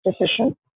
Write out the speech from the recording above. decision